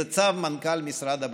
זה צו מנכ"ל משרד הבריאות.